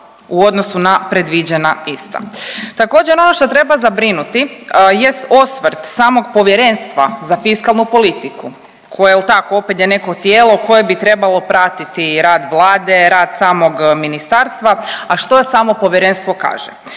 u odnosu predviđena ista. Također ono što treba zabrinuti jest osvrt samog Povjerenstva za fiskalnu politiku koje jel tako opet je neko tijelo koje bi trebalo pratiti rad Vlade, rad samog ministarstva, a što samo povjerenstvo kaže.